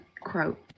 quote